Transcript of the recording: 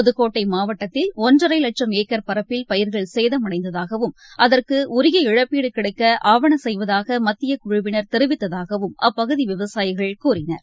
புதுக்கோட்டைமாவட்டத்தில் ஒன்றரைவட்சம் ஏக்கர் பரப்பில் பயிர்கள் சேதமடைந்ததாகவும் அதற்குஉரிய இழப்பீடுகிடக்கஆவனசெய்வதாகமத்தியகுழுவினர் தெரிவித்ததாகவும் அப்பகுதிவிவளயிகள் கூறினர்